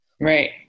Right